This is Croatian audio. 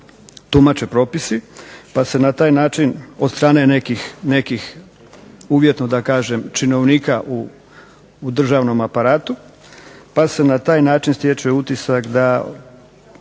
tumače propisi pa se na taj način od strane nekih, nekih uvjetno da kažem činovnika u državnom aparatu pa se na taj način stječe utisak da